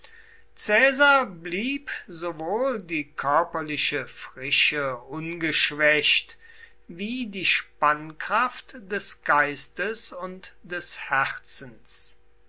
caesar blieb sowohl die körperliche frische ungeschwächt wie die spannkraft des geistes und des herzens